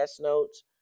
notes